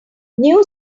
new